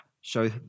show